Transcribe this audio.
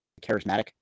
charismatic